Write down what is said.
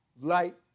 light